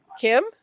Kim